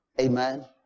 Amen